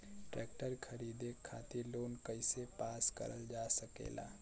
Tractor खरीदे खातीर loan कइसे पास करल जा सकेला?